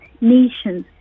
nations